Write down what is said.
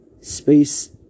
Space